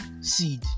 seed